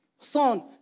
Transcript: Son